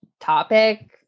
topic